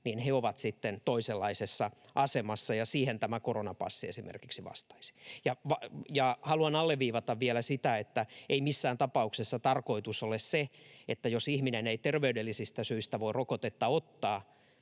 ovat sitten toisenlaisessa asemassa, ja siihen esimerkiksi tämä koronapassi vastaisi. Ja haluan alleviivata vielä sitä, että ei missään tapauksessa tarkoitus ole se, että jos ihminen ei terveydellisistä syistä voi rokotetta ottaa,